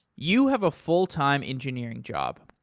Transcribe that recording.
you have a full time engineering job.